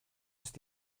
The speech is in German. ist